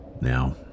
Now